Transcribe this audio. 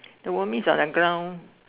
the wormiest on the ground